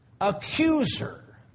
accuser